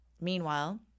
Meanwhile